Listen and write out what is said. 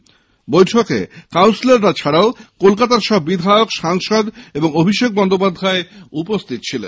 এদিনের বৈঠকে কাউন্সিলাররা ছাড়াও কলকাতার সব বিধায়ক সাংসদ অভিষেক বন্দ্যোপাধ্যায় উপস্থিত ছিলেন